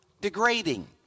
degrading